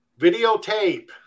videotape